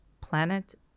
planet